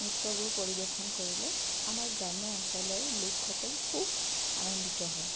নৃত্যবোৰ পৰিবেশন কৰিলে আমাৰ গ্ৰাম্য অঞ্চলৰ লোকসকল খুব আনন্দিত হয়